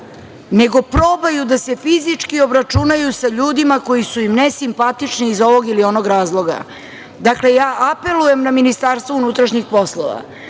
nego probaju da se fizički obračunaju sa ljudima koji su im nesimpatični iz ovog ili onog razloga. Dakle, ja apelujem na Ministarstvo unutrašnjih poslova,